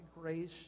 grace